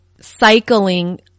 cycling